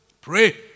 pray